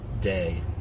day